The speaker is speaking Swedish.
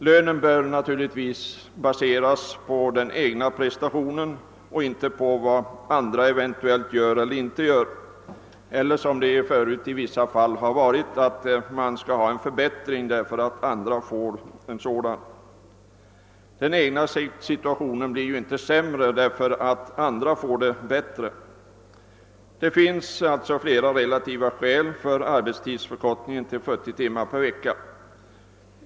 Lönen bör naturligtvis baseras på den egna prestationen och inte på vad andra gör eller — något som tidigare förekommit i vissa fall — på att andra grupper får en förbättring. Den egna situationen blir ju inte sämre därför att andra får det bättre. Det finns alltså flera relevanta skäl för en förkortning av arbetstiden till 40 timmar per vecka.